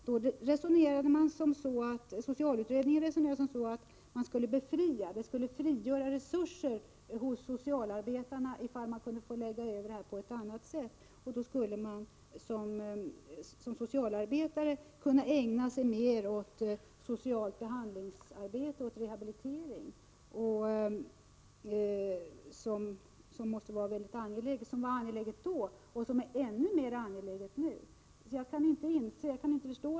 Då resonerade socialutredningen som så att det skulle frigöras resurser för socialarbetare, ifall man kunde lägga upp det här på ett annat sätt. Då skulle socialarbetare kunna ägna sig mer åt socialt behandlingsarbete och rehabilitering, någonting som ansågs väldigt angeläget då och som är ännu mera angeläget nu.